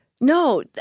No